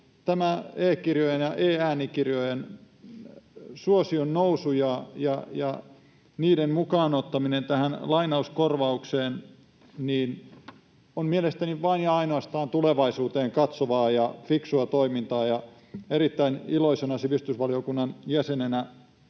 Tämä e-kirjojen ja e-äänikirjojen suosion nousu ja niiden mukaan ottaminen tähän lainaus-korvaukseen on mielestäni vain ja ainoastaan tulevaisuuteen katsovaa ja fiksua toimintaa, ja erittäin iloisena sivistysvaliokunnan jäsenenä